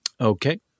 Okay